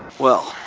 well,